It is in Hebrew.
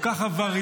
-- כל כך עבריינית,